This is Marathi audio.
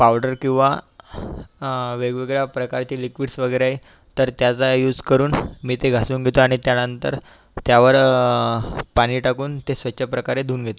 पावडर किंवा वेगवेगळ्या प्रकारचे लिक्विड्स वगैरे तर त्याचा यूस करून मी ते घासून घेतो आणि त्यानंतर त्यावर पाणी टाकून ते स्वच्छ प्रकारे धुवून घेतो